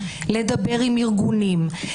לדבר עם ארגונים,